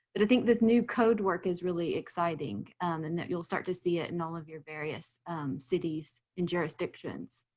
but i think this new code work is really exciting, and you'll start to see it in all of your various cities and jurisdictions.